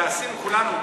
ועשינו כולנו,